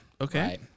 okay